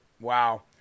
wow